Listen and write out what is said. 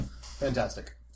Fantastic